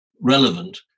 relevant